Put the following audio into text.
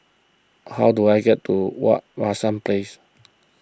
how do I get to Wak Hassan Place